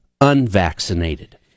unvaccinated